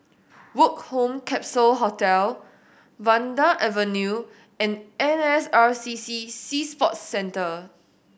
Woke Home Capsule Hostel Vanda Avenue and N S R C C Sea Sports Centre